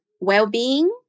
well-being